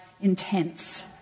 intense